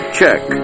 check